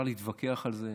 אפשר להתווכח על זה,